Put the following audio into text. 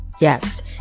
Yes